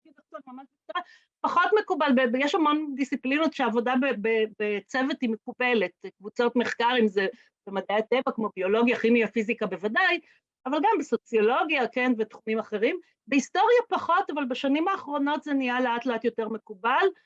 ‫פחות מקובל, יש המון דיסציפלינות ‫שהעבודה בצוות היא מקובלת. ‫קבוצות מחקר, אם זה במדעי הטבע, ‫כמו ביולוגיה, כימיה, פיזיקה בוודאי, ‫אבל גם בסוציולוגיה ותחומים אחרים. ‫בהיסטוריה פחות, אבל בשנים האחרונות ‫זה נהיה לאט לאט יותר מקובל.